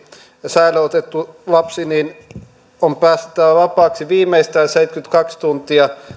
säilöön otettu lapsi on päästettävä vapaaksi viimeistään seitsemänkymmentäkaksi tuntia